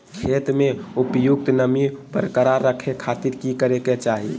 खेत में उपयुक्त नमी बरकरार रखे खातिर की करे के चाही?